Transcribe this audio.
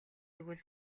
өгвөл